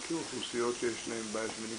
אנחנו מלווים את הנושא הזה ביחד זה כבר שנתיים.